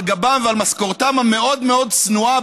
על גבם ועל משכורתם המאוד-מאוד צנועה,